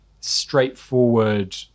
straightforward